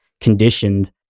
conditioned